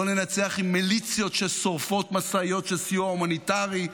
לא ננצח עם מיליציות ששורפות משאיות של סיוע הומניטרי.